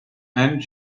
and